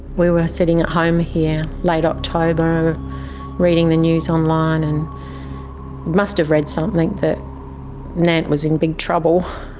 we were sitting at home here late october reading the news online and must have read something that nant was in big trouble.